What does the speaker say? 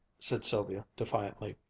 said sylvia defiantly,